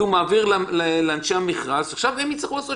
הוא יעביר את זה לאנשי המכרז שיצטרכו לעשות